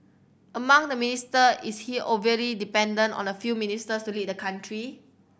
among the minister is he overly dependent on a few ministers to lead the country